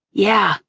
yeah,